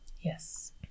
Yes